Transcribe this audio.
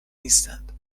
نیستند